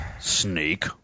Sneak